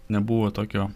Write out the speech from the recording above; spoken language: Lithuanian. nebuvo tokio